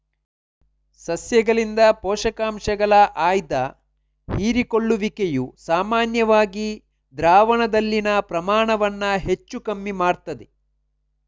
ಸಸ್ಯಗಳಿಂದ ಪೋಷಕಾಂಶಗಳ ಆಯ್ದ ಹೀರಿಕೊಳ್ಳುವಿಕೆಯು ಸಾಮಾನ್ಯವಾಗಿ ದ್ರಾವಣದಲ್ಲಿನ ಪ್ರಮಾಣವನ್ನ ಹೆಚ್ಚು ಕಮ್ಮಿ ಮಾಡ್ತದೆ